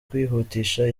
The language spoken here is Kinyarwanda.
kwihutisha